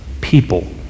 people